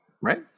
right